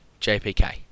JPK